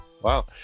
Wow